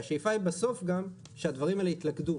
כשהשאיפה היא בסוף שהדברים האלה יתלכדו,